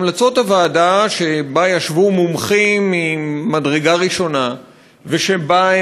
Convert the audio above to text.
המלצות הוועדה שבה ישבו מומחים ממדרגה ראשונה ושבה,